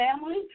family